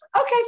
Okay